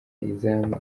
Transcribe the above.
izamu